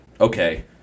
okay